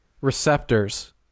receptors